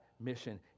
mission